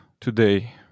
today